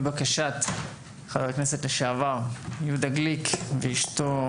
בקשת חבר הכנסת לשעבר יהודה גליק ואשתו